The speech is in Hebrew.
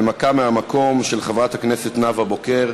של חברת הכנסת נאוה בוקר,